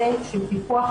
ויודעות,